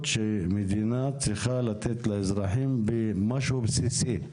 שמדינה צריכה לתת לאזרחים במשהו בסיסי,